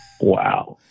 wow